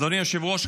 אדוני היושב-ראש,